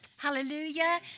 Hallelujah